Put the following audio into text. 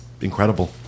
incredible